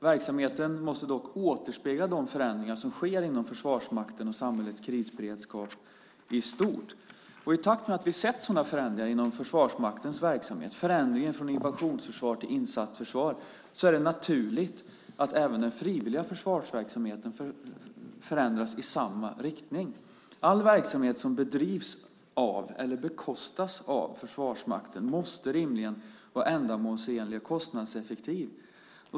Verksamheten måste dock återspegla de förändringar som sker inom Försvarsmakten och samhällets krisberedskap i stort. I takt med att vi sett sådana förändringar inom Försvarsmaktens verksamhet - förändringen från invasionsförsvar till insatsförsvar - är det naturligt att även den frivilliga försvarsverksamheten förändras i samma riktning. All verksamhet som bedrivs av eller bekostas av Försvarsmakten måste rimligen vara ändamålsenlig och kostnadseffektiv.